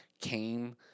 came